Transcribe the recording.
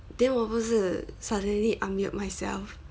then 我不是 suddenly unmute myself